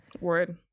Word